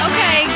Okay